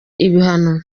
ibihano